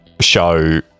show